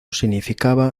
significaba